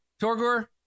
Torgor